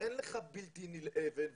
זה בכלל בניית מערך של מיצוי זכויות.